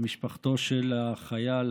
למשפחתו של החייל